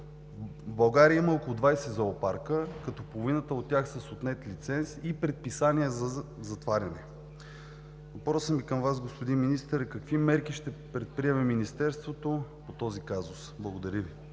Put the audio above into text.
В България има около 20 зоопарка, като половината от тях са с отнет лиценз и предписания за затваряне. Въпросът ми към Вас, господин Министър, е: какви мерки ще предприеме Министерството по този казус? Благодаря.